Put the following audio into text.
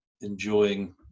enjoying